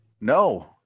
No